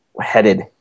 headed